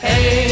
Hey